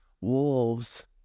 wolves